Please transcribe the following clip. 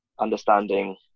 understanding